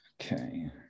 okay